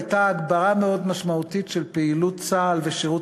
הייתה הגברה מאוד משמעותית של פעילות צה"ל ושירות